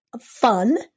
fun